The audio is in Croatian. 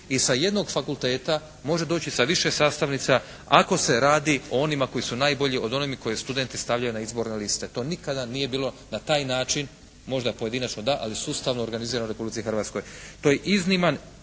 i sa jednog fakulteta, može doći sa više sastavnica ako se radi o onima koji su najbolji, o onome koji studenti stavljaju na izborne liste. To nikada nije bilo na taj način možda pojedinačno da, ali sustavno organizirano u Republici Hrvatskoj.